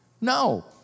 No